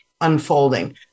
unfolding